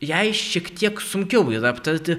jai šiek tiek sunkiau yra aptarti